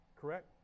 correct